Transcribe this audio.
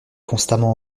constamment